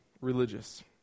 religious